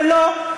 ולא,